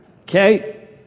Okay